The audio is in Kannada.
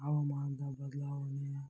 ಹವಾಮಾನದ ಬದಲಾವಣೆ